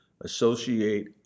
associate